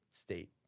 state